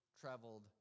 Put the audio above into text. traveled